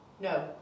No